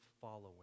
following